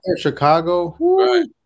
Chicago